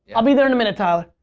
i'll be there in a minute, tyler.